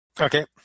Okay